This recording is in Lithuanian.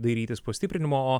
dairytis pastiprinimo o